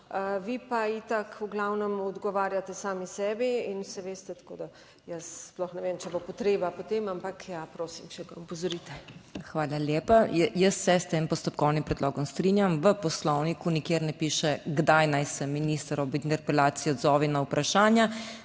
Vi pa itak v glavnem odgovarjate sami sebi, saj veste. Tako da, jaz sploh ne vem, če bo potreba po tem, ampak ja, prosim, če ga opozorite. **PODPREDSEDNICA MAG. MEIRA HOT:** Hvala lepa. Jaz se s tem postopkovnim predlogom strinjam. V Poslovniku nikjer ne piše kdaj naj se minister ob interpelaciji odzove na vprašanja.